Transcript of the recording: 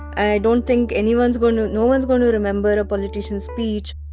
i don't think anyone is going to, no one is going to remember a politician's speech,